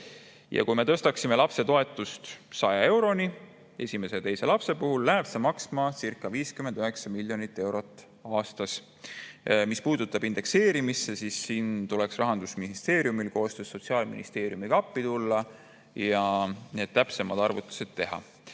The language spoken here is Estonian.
Kui me tõstaksime lapsetoetuse 100 euroni esimese ja teise lapse puhul, läheks see maksmacirca59 miljonit eurot aastas. Mis puutub indekseerimisse, siis siin tuleks Rahandusministeeriumil koostöös Sotsiaalministeeriumiga appi tulla ja täpsemad arvutused teha,